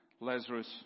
Lazarus